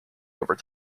over